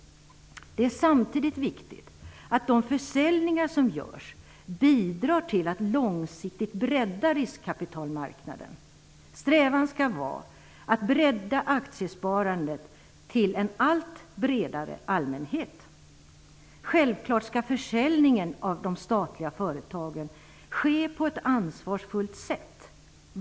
Det är samtidigt viktigt att de försäljningar som görs bidrar till att långsiktigt bredda riskkapitalmarknaden. Strävan skall vara att bredda aktiesparandet till en allt bredare allmänhet. Självklart skall försäljningen av de statliga företagen ske på ett ansvarsfullt sätt.